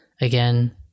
Again